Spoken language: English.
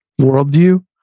worldview